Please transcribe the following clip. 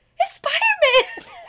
Spider-Man